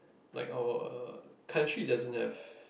like oh uh country it doesn't have